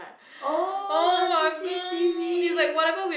oh got C_C_T_V